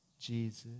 Jesus